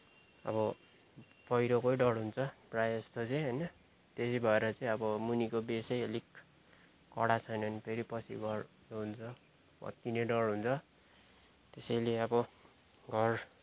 अब पहिरोकै डर हुन्छ प्राय जस्तो चाहिँ होइन त्यहि भएर चाहिँ अब मुनिको बेस चाहिँ अलिक कडा छैन भने फेरि पछि घर हुन्छ भत्कने डर हुन्छ त्यसैले अब घर